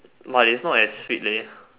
but it is not as sweet leh